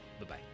Bye-bye